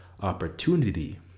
opportunity